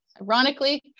ironically